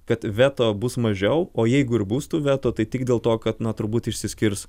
kad veto bus mažiau o jeigu ir bus tų veto tai tik dėl to kad na turbūt išsiskirs